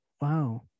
Wow